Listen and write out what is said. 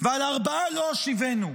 ועל ארבעה לא אשיבנו.